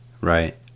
Right